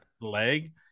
leg